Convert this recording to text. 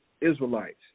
Israelites